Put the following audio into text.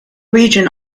region